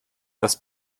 das